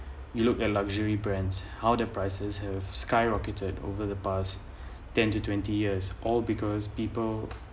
you look at luxury brands how the prices have skyrocketed over the past ten to twenty years all because people